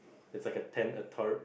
it's like a tent a tub